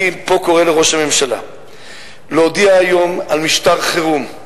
אני קורא פה לראש הממשלה להודיע היום על משטר חירום,